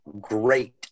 great